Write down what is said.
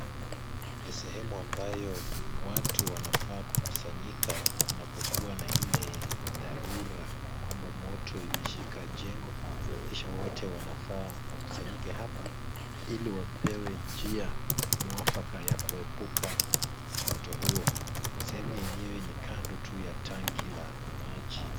Ni sehemu ambayo watu wanafaa kukusanyika kunapokuwa na ile dharura kwamba moto imeshika jengo, kisha wote wanafaa wakusanyike hapa ili wapewe njia mwafaka ya kuepuka moto huo. Sehemu yenyewe ni kando tu ya tanki la maji